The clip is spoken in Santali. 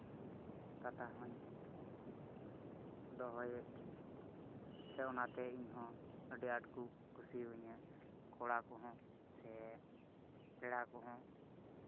ᱠᱟᱛᱷᱟ ᱦᱚᱸᱧ ᱫᱚᱦᱚᱭᱮᱫ ᱛᱤᱧᱟᱹ ᱥᱮ ᱚᱱᱟᱛᱮ ᱤᱧᱦᱚᱸ ᱟᱹᱰᱤ ᱟᱸᱴᱠᱚ ᱠᱩᱥᱤᱣᱟᱧᱟᱹ ᱠᱚᱲᱟ ᱠᱚᱦᱚᱸ ᱥᱮ ᱯᱮᱲᱟ ᱠᱚᱦᱚᱸ